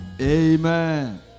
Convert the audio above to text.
Amen